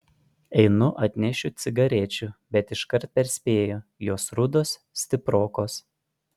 einu atnešiu cigarečių bet iškart perspėju jos rudos stiprokos